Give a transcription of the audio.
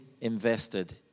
invested